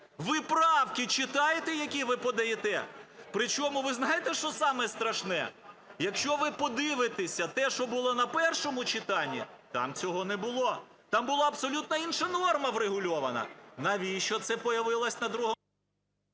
ви правки читаєте, які ви подаєте? При чому, ви знаєте, що саме страшне? Якщо ви подивитеся, те, що було на першому читанні, там цього не було – там була абсолютно інша норма врегульована. Навіщо це появилось на другому...